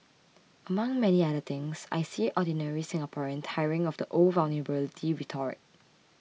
among many other things I see ordinary Singaporean tiring of the old vulnerability rhetoric